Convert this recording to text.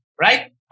right